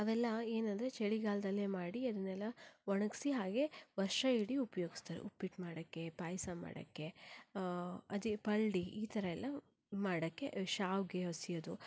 ಅವೆಲ್ಲ ಏನೆಂದರೆ ಚಳಿಗಾಲದಲ್ಲೇ ಮಾಡಿ ಅದನ್ನೆಲ್ಲ ಒಣಗಿಸಿ ಹಾಗೇ ವರ್ಷ ಇಡೀ ಉಪಯೋಗಿಸ್ತಾರೆ ಉಪ್ಪಿಟ್ಟು ಮಾಡಕ್ಕೆ ಪಾಯಸ ಮಾಡಕ್ಕೆ ಅದೇ ಪಲ್ಡಿ ಈ ಥರ ಎಲ್ಲ ಮಾಡಕ್ಕೆ ಶಾವಿಗೆ ಹೊಸಿಯೋದು